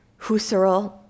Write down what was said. Husserl